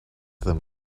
them